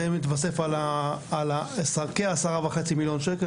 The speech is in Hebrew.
זה מתווסף על כ-10.5 מיליון שקל,